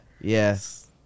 Yes